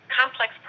complex